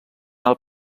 alt